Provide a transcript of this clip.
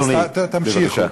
אז תמשיכו.